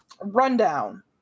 Rundown